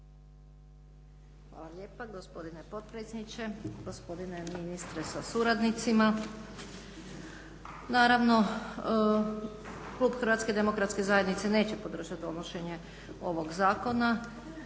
Hvala lijepa gospodine potpredsjedniče, gospodine ministre sa suradnicima. Naravno klub Hrvatske demokratske zajednice neće podržati donošenje ovog zakona,